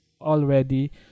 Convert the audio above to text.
already